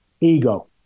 Ego